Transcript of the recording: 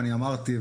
אני אמרתי,